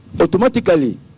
automatically